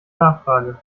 nachfrage